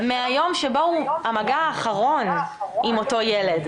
מהיום שבו הוא המגע האחרון עם אותו ילד.